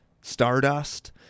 Stardust